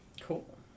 Cool